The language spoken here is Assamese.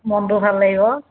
মনটো ভাল লাগিব